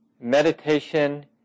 meditation